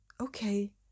okay